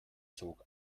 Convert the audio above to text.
zog